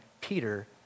Peter